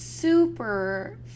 Super